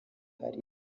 hari